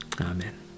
Amen